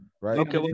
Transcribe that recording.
right